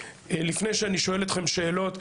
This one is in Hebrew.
לפני שאני שואל אתכם שאלות,